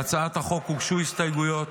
להצעת החוק הוגשו הסתייגויות.